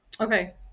Okay